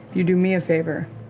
you do me a favor.